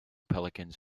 pelicans